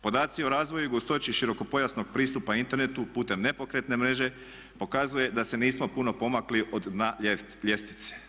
Podaci o razvoju i gustoći širokopojasnog pristupa internetu putem nepokretne mreže pokazuje da se nismo puno pomakli od dna ljestvice.